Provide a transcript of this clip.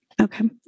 Okay